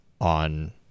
on